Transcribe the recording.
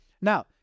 Now